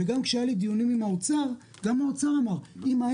גם כשהיו לי דיונים עם האוצר גם באוצר אמרו שאם הם